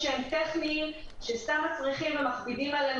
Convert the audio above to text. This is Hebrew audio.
לחצי מיליון דולר ארצות הברית לפי שער כאמור,